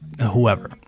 whoever